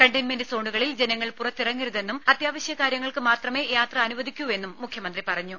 containment സോണുകളിൽ ജനങ്ങൾ പുറത്തിറങ്ങരുതെന്നും അത്യാവശ്യ കാര്യങ്ങൾക്ക് മാത്രമേ യാത്ര അനുവദിക്കൂവെന്നും മുഖ്യമന്ത്രി പറഞ്ഞു